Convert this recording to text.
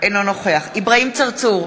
אינו נוכח אברהים צרצור,